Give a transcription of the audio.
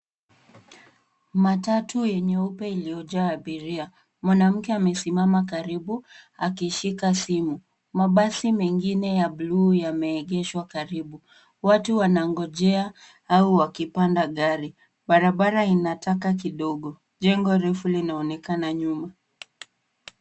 Matatu nyeupe iliyojaa abiria. Mwanamke amesimama karibu akishika simu. Mabasi mengine ya buluu yameegeshwa karibu. Watu wanangojea au wakipanda gari. Barabara ina taka kidogo. Jengo refu linaonekana nyuma.